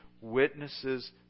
witnesses